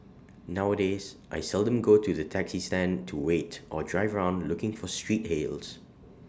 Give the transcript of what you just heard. nowadays I seldom go to the taxi stand to wait or drive around looking for street hails